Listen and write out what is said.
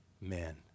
men